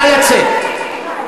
נא לצאת.